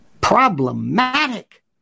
problematic